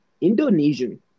Indonesian